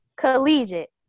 collegiate